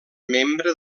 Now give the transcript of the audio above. membre